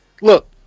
Look